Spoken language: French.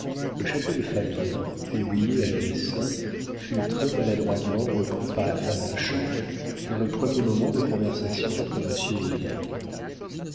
le chapeau de félicien oublié à dessein fut très maladroitement repris par la femme de chambre dans le premier moment de conversation entre monsieur et madame